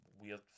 weird